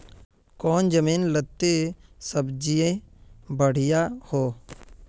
कौन जमीन लत्ती सब्जी बढ़िया हों?